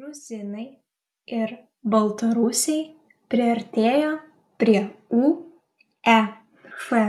gruzinai ir baltarusiai priartėjo prie uefa